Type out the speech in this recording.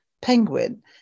Penguin